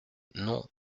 non